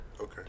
Okay